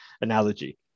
analogy